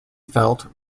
felt